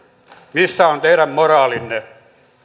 missä on teidän moraalinne